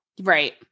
Right